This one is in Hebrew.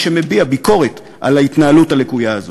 שמביע ביקורת על ההתנהלות הלקויה הזאת.